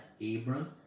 Abram